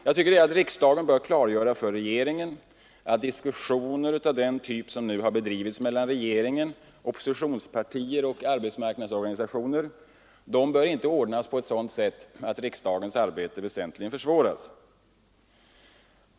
Jag tycker att riksdagen bör klargöra för regeringen att diskussioner av den typ som nu har bedrivits mellan regeringen, oppositionspartierna och arbetsmarknadens organisationer inte bör ordnas så att riksdagens arbete väsentligt försvåras.